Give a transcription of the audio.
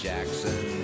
Jackson